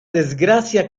desgracia